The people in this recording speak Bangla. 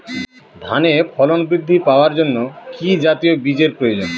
ধানে ফলন বৃদ্ধি পাওয়ার জন্য কি জাতীয় বীজের প্রয়োজন?